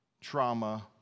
trauma